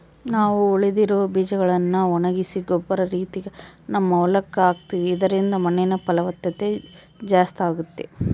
ನಾವು ಉಳಿದಿರೊ ಬೀಜಗಳ್ನ ಒಣಗಿಸಿ ಗೊಬ್ಬರ ರೀತಿಗ ನಮ್ಮ ಹೊಲಕ್ಕ ಹಾಕ್ತಿವಿ ಇದರಿಂದ ಮಣ್ಣಿನ ಫಲವತ್ತತೆ ಜಾಸ್ತಾಗುತ್ತೆ